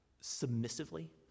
submissively